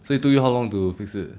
so it took you how long to fix it